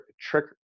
trick